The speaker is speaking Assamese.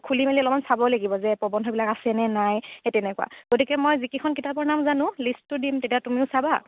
খুলি মেলি অলপমান চাব লাগিব যে প্ৰবন্ধবিলাক আছেনে নাই সেই তেনেকুৱা গতিকে মই যি কেইখন কিতাপৰ নাম জানো লিষ্টটো দিম তেতিয়া তুমিও চাবা